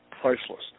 priceless